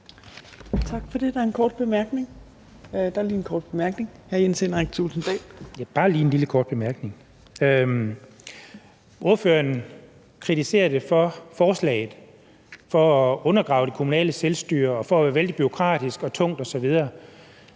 Tak for det. Der er en kort bemærkning fra hr. Jens Henrik Thulesen Dahl. Kl. 17:56 Jens Henrik Thulesen Dahl (DF): Det er bare lige en lille kort bemærkning. Ordføreren kritiserer forslaget for at undergrave det kommunale selvstyre og for at være vældig bureaukratisk, tungt osv.,